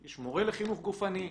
יש מורה לחינוך גופני,